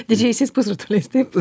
didžiaisiais pusrutuliais taip